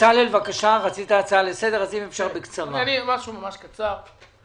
שראשי העיר קיבלו החלטה